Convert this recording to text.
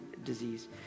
disease